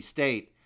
State